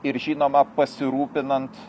ir žinoma pasirūpinant